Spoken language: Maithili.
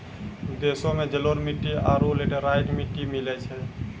देशो मे जलोढ़ मट्टी आरु लेटेराइट मट्टी मिलै छै